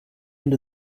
end